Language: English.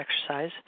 exercise